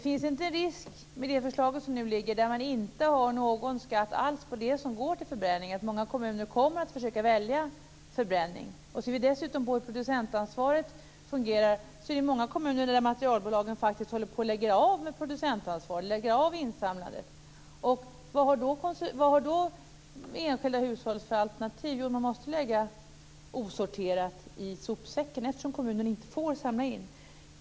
Finns det inte med det förslag som nu ligger, där man inte har någon skatt alls på det som går till förbränning, en risk att många kommuner kommer att välja förbränning? Ser vi dessutom på hur producentansvaret fungerar håller i många kommuner materialbolagen på att sluta med producentansvar och insamlandet. Vad har då enskilda hushåll för alternativ? De måste lägga osorterade sopor i sopsäcken, eftersom kommunen inte får samla in.